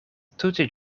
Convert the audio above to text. tute